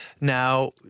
Now